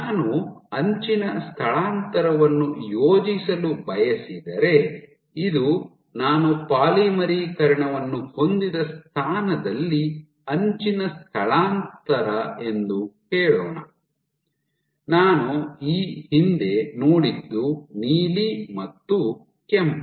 ನಾನು ಅಂಚಿನ ಸ್ಥಳಾಂತರವನ್ನು ಯೋಜಿಸಲು ಬಯಸಿದರೆ ಇದು ನಾನು ಪಾಲಿಮರೀಕರಣವನ್ನು ಹೊಂದಿದ್ದ ಸ್ಥಾನದಲ್ಲಿ ಅಂಚಿನ ಸ್ಥಳಾಂತರ ಎಂದು ಹೇಳೋಣ ನಾನು ಈ ಹಿಂದೆ ನೋಡಿದ್ದು ನೀಲಿ ಮತ್ತು ಕೆಂಪು